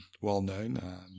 well-known